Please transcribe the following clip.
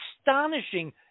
astonishing